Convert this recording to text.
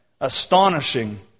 astonishing